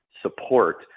support